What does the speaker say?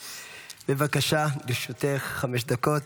בבקשה, לרשותך חמש דקות.